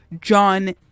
John